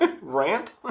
rant